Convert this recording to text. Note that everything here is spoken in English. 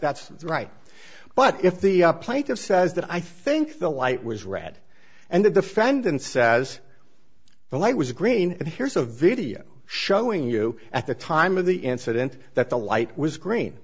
that's right but if the plaintive says that i think the light was red and the defendant says the light was green and here's a video showing you at the time of the incident that the light was green